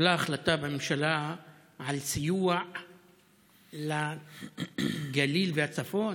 התקבלה החלטה בממשלה על סיוע לגליל ולצפון,